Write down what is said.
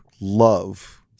love